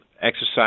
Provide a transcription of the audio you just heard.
exercise